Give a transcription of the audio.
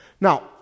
Now